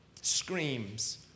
screams